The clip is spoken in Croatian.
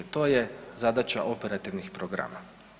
To je zadaća operativnih programa.